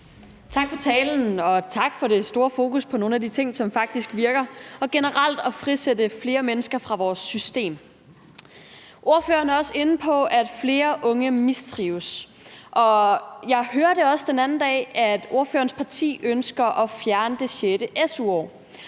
Tak for talen, og tak for det store fokus på nogle af de ting, som faktisk virker, og for generelt at ville frisætte flere mennesker fra vores system. Ordføreren er også inde på, at flere unge mistrives, og jeg hørte også den anden dag, at ordførerens parti ønsker at fjerne det sjette su-år.